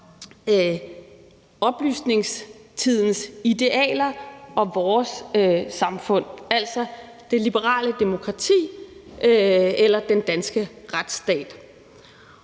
oplysningstidens idealer og vores samfund, altså det liberale demokrati eller den danske retsstat.